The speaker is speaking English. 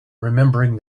remembering